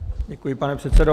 Děkuji, pane předsedo.